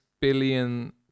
billion